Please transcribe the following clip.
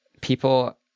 people